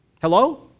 Hello